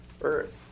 earth